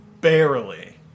barely